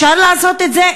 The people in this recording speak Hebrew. אפשר לעשות את זה?